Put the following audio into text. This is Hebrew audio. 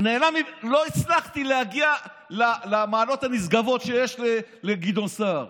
לא הצלחתי להגיע למעלות הנשגבות שיש לגדעון סער.